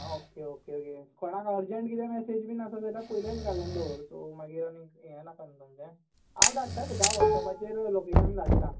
हां okay okay okay कोणाक urgent कितें मेसेज बीन आसा जाल्यार पयलेंच घालून दवर सो मागीर आनीक हें नाका न्हू तुमचें हांव धाडटा तुका वॉट्सेपाचेर लोकेशन धाडटां